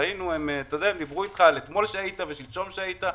הם דיברו אתך על אתמול שהיית, ועל שלשום שהיית,